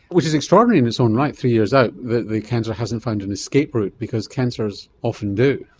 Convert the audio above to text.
which is extraordinary its own right, three years out, that the cancer hasn't found an escape route, because cancers often do.